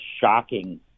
shocking